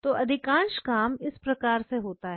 तो अधिकांश काम इस प्रकार से होते हैं